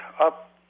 up